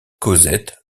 cosette